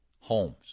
homes